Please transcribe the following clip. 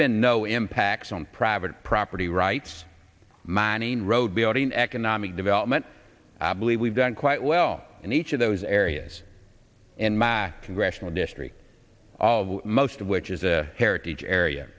been no impacts on private property rights mining road building economic development i believe we've done quite well in each of those areas in my congressional district most of which is a heritage area